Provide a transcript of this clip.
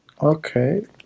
Okay